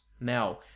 Now